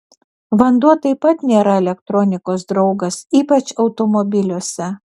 vanduo taip pat nėra elektronikos draugas ypač automobiliuose